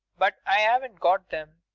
but i haven't got them.